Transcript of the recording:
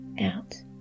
out